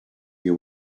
you